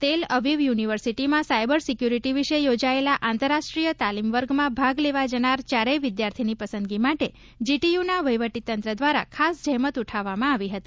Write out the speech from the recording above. તેલ અવિવ યુનિવર્સિટીમાં cyber security વિશે યોજાયેલા આંતરરાષ્ટ્રીય તાલીમ વર્ગમાં ભાગ લેવા જનાર ચારેય વિદ્યાર્થીની પસંદગી માટે જીટીયુના વહીવટીતંત્ર દ્વારા ખાસ જહેમત ઉઠાવવામાં આવી હતી